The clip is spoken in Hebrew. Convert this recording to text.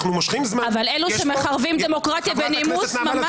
אנחנו מושכים זמן -- אבל אלה שמחרבים דמוקרטיה בנימוס ממה סבבה,